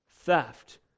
theft